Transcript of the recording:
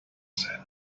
said